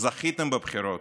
זכיתם בבחירות.